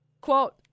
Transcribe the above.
Quote